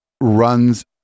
Runs